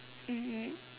um